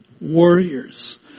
Warriors